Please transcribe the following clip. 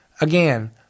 again